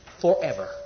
forever